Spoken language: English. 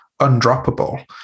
undroppable